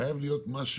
חייב להיות משהו